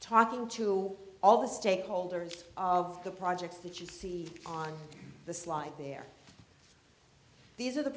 talking to all the stakeholders of the projects that you see on the slide there these are the